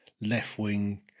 left-wing